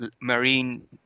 Marine